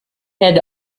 had